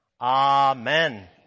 Amen